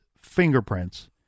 fingerprints